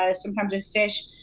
ah sometimes in fish,